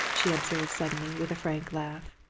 she observed suddenly, with a frank laugh.